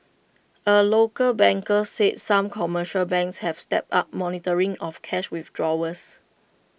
A local banker said some commercial banks have stepped up monitoring of cash withdrawals